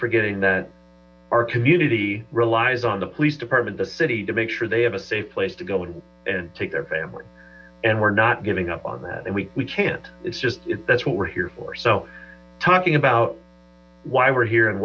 forgetting that our community relies on the police department the city to make sure they have a safe place to go and take their family and we're not giving up on that and we we can't it's just that's what we're here for so talking about why we're he